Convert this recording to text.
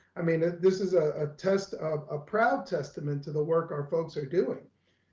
i mean, this is ah a test of a proud testament to the work our folks are doing,